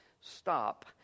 stop